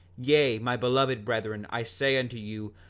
yea, my beloved brethren, i say unto you,